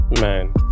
Man